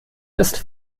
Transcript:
ist